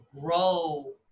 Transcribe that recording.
grow